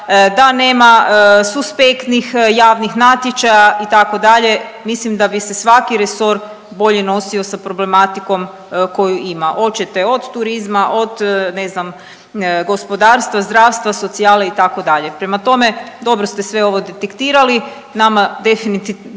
da nema suspektnih javnih natječaja itd., mislim da bi se svaki resor bolje nosio sa problematikom koju ima oćete od turizma, od ne znam gospodarstva, zdravstva, socijale itd. Prema tome, dobro ste sve ovo detektirali nama definitivno